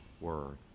Word